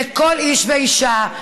לכל איש ואישה,